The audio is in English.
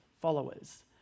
followers